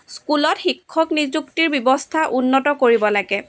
স্কুলত শিক্ষক নিযুক্তিৰ ব্যৱস্থা উন্নত কৰিব লাগে